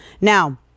now